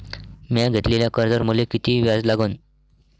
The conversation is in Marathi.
म्या घेतलेल्या कर्जावर मले किती व्याज लागन?